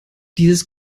dieses